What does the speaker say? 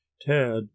Tad